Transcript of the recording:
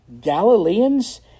Galileans